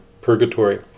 purgatory